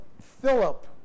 Philip